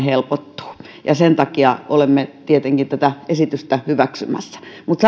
helpottuu ja sen takia olemme tietenkin tätä esitystä hyväksymässä mutta